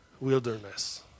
wilderness